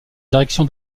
direction